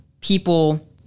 people